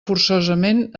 forçosament